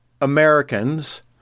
Americans